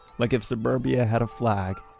like if suburbia had a flag,